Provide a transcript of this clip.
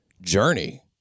journey